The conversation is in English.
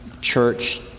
church